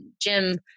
Jim